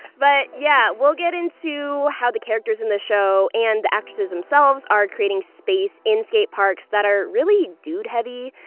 but yeah, we'll get into how the characters in this show, and the actresses themselves, are creating space in skate parks, that are really dude heavy,